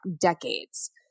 decades